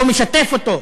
לא משתף אותו.